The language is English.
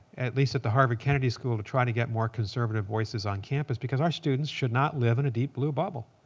at least at the harvard kennedy school, to try to get more conservative voices on campus because our students should not live in a deep blue bubble.